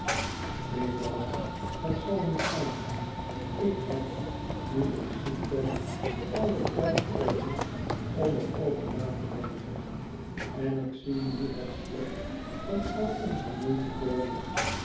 neen mama het zal niet gaan ik heb nu ik ziek ben allen tijd over om er over na te denken en ik zie nu het slot van al onze moeite